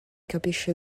capisce